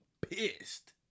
pissed